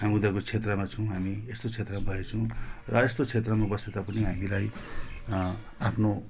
हामी उनीहरूको क्षेत्रमा छौँ हामी यस्तो क्षेत्र भएको छौँ र यस्तो क्षेत्रमा बसे तापनि हामीलाई आफ्नो